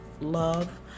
love